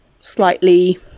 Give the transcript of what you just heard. slightly